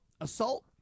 assault